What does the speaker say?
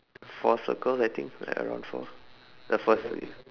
four circles I think like around four the first wheel